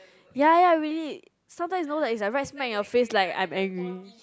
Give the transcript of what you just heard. ya ya ya really sometime is know that right smack your face like I am angry